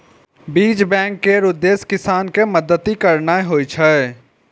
बीज बैंक केर उद्देश्य किसान कें मदति करनाइ होइ छै